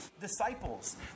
disciples